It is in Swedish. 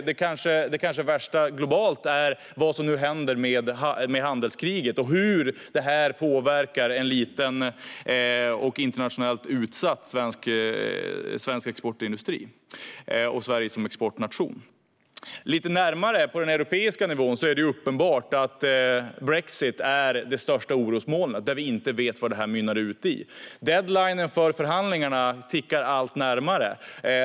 Det kanske värsta globalt är vad som händer med handelskriget och hur det påverkar en liten och internationellt utsatt svensk exportindustri och Sverige som exportnation. Lite närmare, på den europeiska nivån, är det uppenbart att brexit är det största orosmolnet. Vi vet inte vad det mynnar ut i. Deadline för förhandlingarna tickar allt närmare.